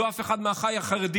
לא אף אחד מאחיי החרדים,